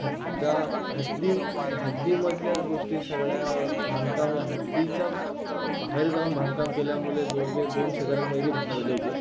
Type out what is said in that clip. हद्दा हद्दीच्य हद्दीमधल्याच गोष्टी सगळ्या बांधकाम हद्दीच्या बाहेर जाऊन बांधकाम केल्यामुळे दोघे दोन शेजाऱ्यांमध्ये भांडणं झाली होती